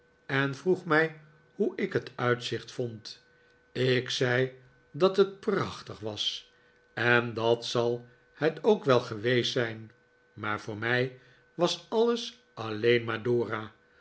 en vroeg mij hoe ik het uitzicht vond ik zei dat het prachtig was en dat zal het oqk wel geweest zijn maar voor mij was alles alleen maar dora